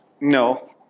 No